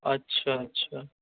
اچھا اچھا